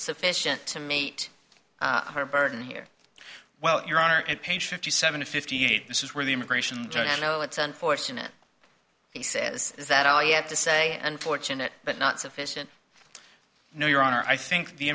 sufficient to meet our burden here well your honor and pain shifty seven fifty eight this is where the immigration judge i know it's unfortunate he says is that all you have to say unfortunate but not sufficient no your honor i think the